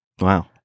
Wow